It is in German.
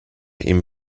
ihm